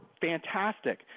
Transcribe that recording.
fantastic